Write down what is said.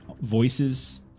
voices